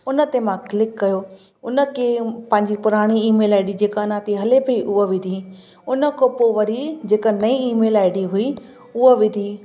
उन ते मां क्लिक कयो उन खे पंहिंजी पुराणी ईमेल आई डी जेका अञा ताईं हले पई उहा विधी उन खां पोइ वरी जेका नई ईमेल आई डी हुई उहा विधि